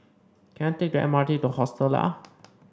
can I take the M R T to Hostel Lah